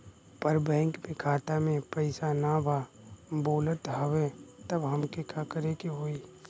पर बैंक मे खाता मे पयीसा ना बा बोलत हउँव तब हमके का करे के होहीं?